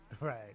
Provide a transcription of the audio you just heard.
Right